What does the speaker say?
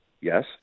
yes